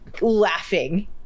laughing